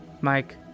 Mike